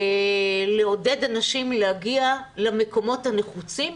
לעודד אנשים להגיע למקומות הנחוצים,